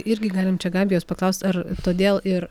irgi galim čia gabijos paklaust ar todėl ir